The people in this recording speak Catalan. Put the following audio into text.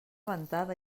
ventada